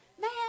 man